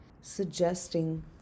suggesting